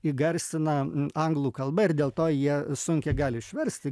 įgarsina anglų kalba ir dėl to jie sunkiai gali išversti